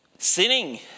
Sinning